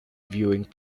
viewing